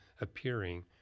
appearing